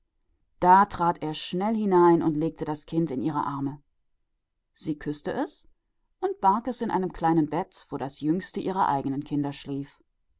da trat er schnell hinein und legte ihr das kind in die arme und sie küßte es und legte es in ein kleines bett wo das jüngste ihrer eigenen kinder schlief